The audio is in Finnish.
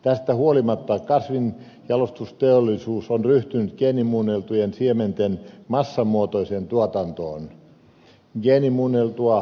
tästä huolimatta kasvinjalostusteollisuus on ryhtynyt geenimuunneltujen siementen massamuotoiseen tuotantoon